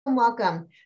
Welcome